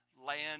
land